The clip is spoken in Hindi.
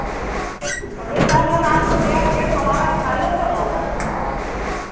वकील साहब जऊन आपको दिया है केस हमारा फ़ाइनल कब होगा